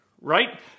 right